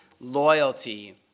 loyalty